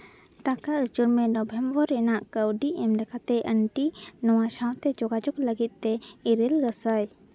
ᱴᱟᱠᱟ ᱩᱪᱟᱹᱲ ᱢᱮ ᱱᱚᱵᱷᱮᱢᱵᱚᱨ ᱨᱮᱱᱟᱜ ᱠᱟᱹᱣᱰᱤ ᱮᱢ ᱞᱮᱠᱟᱛᱮ ᱟᱱᱴᱤ ᱱᱚᱣᱟ ᱥᱟᱶᱛᱮ ᱡᱳᱜᱟᱡᱳᱜᱽ ᱞᱟᱹᱜᱤᱫ ᱛᱮ ᱤᱨᱟᱹᱞ ᱜᱮᱥᱟᱭ